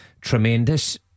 tremendous